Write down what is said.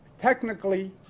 Technically